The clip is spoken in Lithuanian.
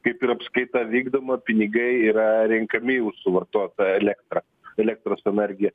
kaip ir apskaita vykdoma pinigai yra renkami už suvartotą elektrą elektros energiją